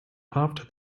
after